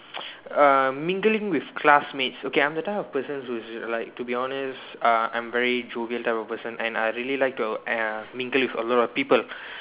err mingling with classmates okay I'm the type of person who is like to be honest uh I'm very jovial type of person and I really like uh to mingle with a lot of people